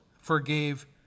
forgave